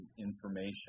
information